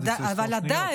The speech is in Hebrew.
אבל עדיין,